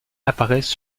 apparaissent